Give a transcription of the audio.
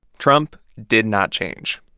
trump did not change.